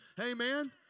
Amen